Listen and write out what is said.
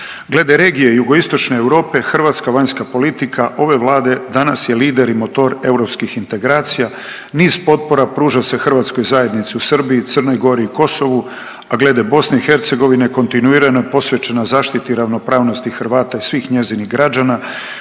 Glede regije jugoistočne Europe hrvatska vanjska politika ove Vlade danas je lider i motor europskih integracija. Niz potpora pruža se Hrvatskoj zajednici u Srbiji, Crnoj Gori i Kosovu, a glede Bosne i Hercegovine kontinuirano je posvećena zaštiti ravnopravnosti Hrvata i svih njezinih građana,